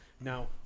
Now